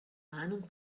ahnung